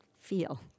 feel